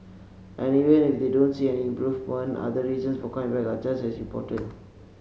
and even if they don't see any improvement other reasons for coming back are just as important